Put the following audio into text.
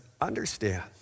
understand